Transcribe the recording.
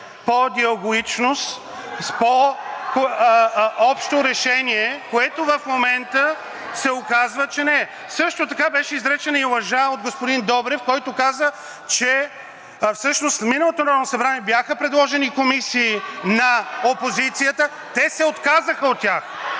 по диалогичност, по общо решение, което в момента се оказва, че не е. (Шум и реплики от ГЕРБ-СДС.) Също така беше изречена и лъжа от господин Добрев, който каза, че всъщност миналото Народно събрание, бяха предложени комисии на опозицията, те се отказаха от тях.